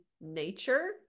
nature